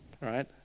right